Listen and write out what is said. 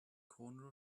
corner